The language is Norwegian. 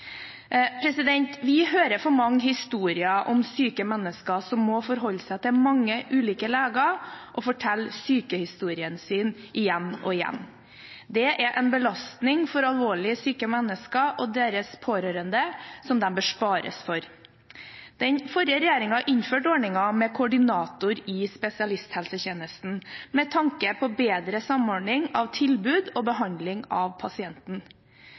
innlegget. Vi hører for mange historier om syke mennesker som må forholde seg til mange ulike leger og fortelle sykehistorien sin igjen og igjen. Det er en belastning for alvorlig syke mennesker og deres pårørende, som de bør spares for. Den forrige regjeringen innførte ordningen med koordinator i spesialisthelsetjenesten med tanke på bedre samordning av tilbud og behandling av pasienten.